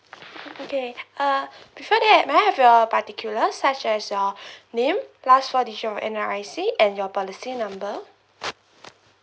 okay uh before that may I have your particulars such as your name last four digit of N_R_I_C and your policy number